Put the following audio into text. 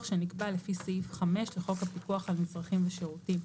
שנקבע לפי סעיף 5 לחוק הפיקוח על מצרכים ושירותים,